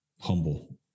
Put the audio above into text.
humble